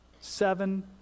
Seven